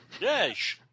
Yes